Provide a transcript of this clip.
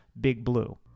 bigblue